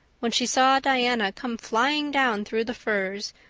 when she saw diana come flying down through the firs,